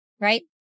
right